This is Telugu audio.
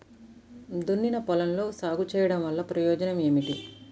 దున్నిన పొలంలో సాగు చేయడం వల్ల ప్రయోజనం ఏమిటి?